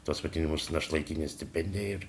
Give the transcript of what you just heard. tuos vaidinimus našlaitinę stipendiją ir